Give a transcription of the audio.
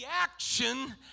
action